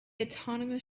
autonomous